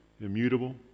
immutable